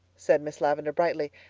said miss lavendar brightly,